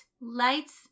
lights